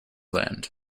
land